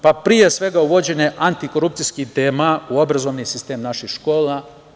Pre svega uvođenje antikorupcijskih tema u obrazovni sistem naših škola.